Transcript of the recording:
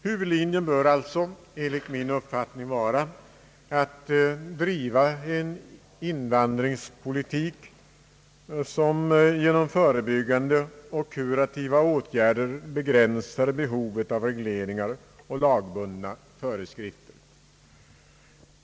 Huvudlinjen bör alltså enligt min uppfattning vara att driva en invandringspolitik, som genom förebyggande och kurativa åtgärder begränsar behovet av regleringar och lagbundna föreskrifter.